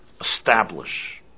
establish